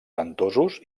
ventosos